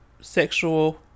sexual